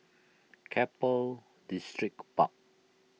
Keppel Distripark